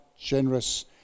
generous